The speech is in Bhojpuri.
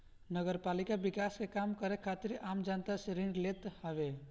नगरपालिका विकास के काम करे खातिर आम जनता से ऋण लेत हवे